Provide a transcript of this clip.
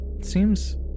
seems